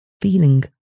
feeling